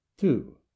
two